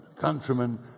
countrymen